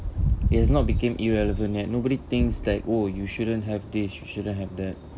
it has not became irrelevant yet nobody thinks like !whoa! you shouldn't have this you shouldn't have that